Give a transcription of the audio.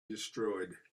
destroyed